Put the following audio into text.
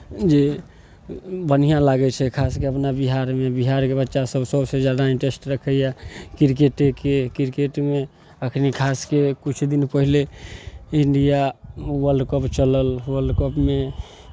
जे बढ़िआँ लागै छै खास कऽ अपना बिहारमे बिहारके बच्चासभ सभसँ ज्यादा इन्ट्रेस्ट रखैए क्रिकेटेके क्रिकेटमे एखनि खास कऽ किछु दिन पहिले इंडिया वर्ल्ड कप चलल वर्ल्ड कपमे